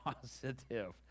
positive